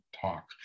talk